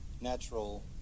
natural